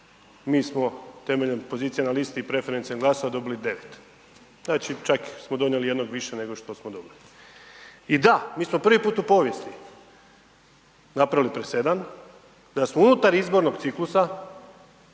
Mi smo temeljem pozicije na listi preferencionalnih glasova dobili 9, znači, čak smo donijeli jednog više, nego što smo dobili. I da, mi smo prvi put u povijesti napravili presedan da smo unutar izbornog ciklusa